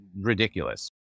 ridiculous